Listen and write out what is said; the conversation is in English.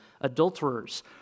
adulterers